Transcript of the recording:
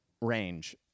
range